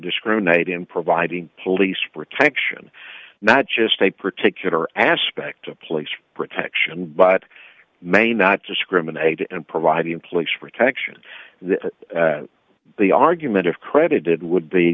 discriminate in providing police protection not just a particular aspect of police protection but may not discriminate and providing police protection that the argument of credited